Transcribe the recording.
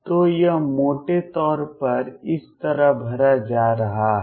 तो यह मोटे तौर पर इस तरह भरा जा रहा है